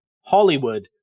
Hollywood